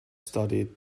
studied